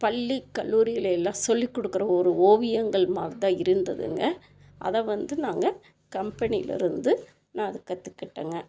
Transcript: பள்ளி கல்லூரிகள்லேலாம் சொல்லிக் கொடுக்குற ஒரு ஓவியங்கள் மாதிரிதான் இருந்ததுங்க அதைவந்து நாங்கள் கம்பெனிலேருந்து நான் அதை கற்றுக்கிட்டேங்க